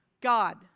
God